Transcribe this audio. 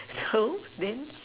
so then